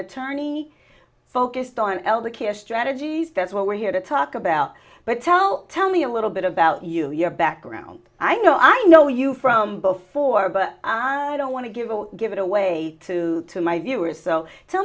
attorney focused on elder care strategies that's what we're here to talk about but tell tell me a little bit about you your background i know i know you from before but i don't want to give give it away to my viewers so tell